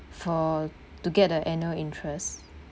for to get the annual interest